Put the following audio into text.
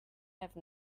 have